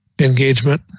engagement